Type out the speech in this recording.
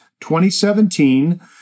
2017